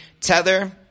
Tether